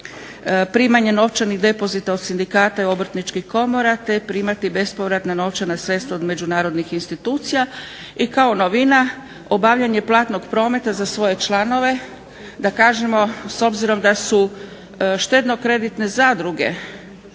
primanje novčanih depozita od sindikata i obrtničkih komora, te primati bespovratna novčana sredstva od međunarodnih institucija i kao novina obavljanje platnog prometa za svoje članove, da kažemo s obzirom da su štedno-kreditne zadruge